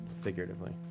figuratively